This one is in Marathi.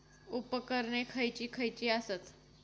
उपकरणे खैयची खैयची आसत?